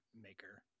maker